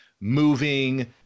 moving